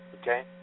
Okay